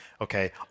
Okay